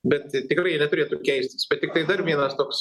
bet tikrai jie neturėtų keistis bet tiktai dar vienas toks